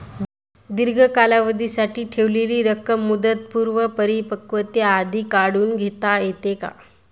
दीर्घ कालावधीसाठी ठेवलेली रक्कम मुदतपूर्व परिपक्वतेआधी काढून घेता येते का?